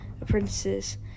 apprentices